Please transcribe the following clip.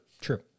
true